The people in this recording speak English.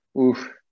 Oof